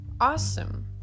awesome